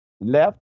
left